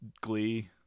Glee